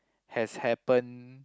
has happen